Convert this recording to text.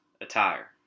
attire